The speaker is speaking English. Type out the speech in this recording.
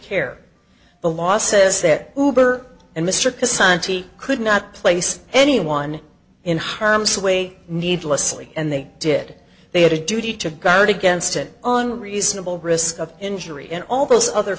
care the law says that over and mr cosign he could not place anyone in harm's way needlessly and they did they had a duty to guard against an unreasonable risk of injury and all those other